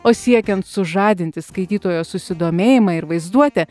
o siekiant sužadinti skaitytojo susidomėjimą ir vaizduotę